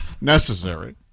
necessary